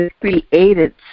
created